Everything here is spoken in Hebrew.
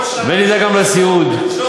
גם בסיעוד,